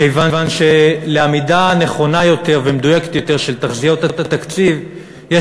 כיוון שלעמידה נכונה ומדויקת יותר של תחזיות התקציב יש